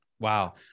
Wow